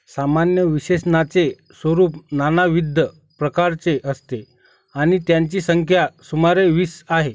सामान्य विशेषणाचे स्वरूप नानाविध प्रकारचे असते आणि त्यांची संख्या सुमारे वीस आहे